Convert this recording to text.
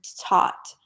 taught